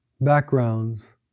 backgrounds